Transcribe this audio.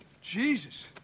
Jesus